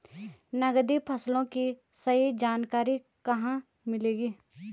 नकदी फसलों की सही जानकारी कहाँ मिलेगी?